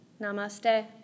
Namaste